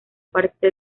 parte